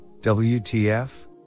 WTF